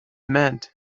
meant